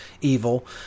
evil